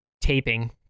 taping